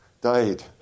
died